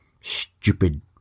Stupid